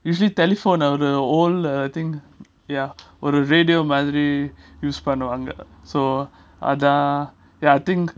usually telephone uh uh the old uh I thing ya or the radio மாதிரி:madhiri use பண்ணுவாங்க:pannuvanga ya I think